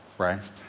right